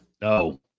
No